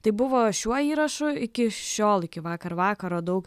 tai buvo šiuo įrašu iki šiol iki vakar vakaro daug